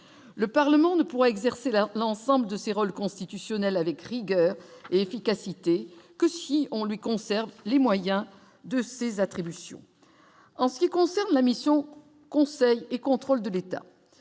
le Parlement ne pourra exercer la l'ensemble de ses rôles constitutionnel avec rigueur et efficacité que si on lui conserve les moyens de ses attributions en ce qui concerne la mission conseil et contrôle de l'État,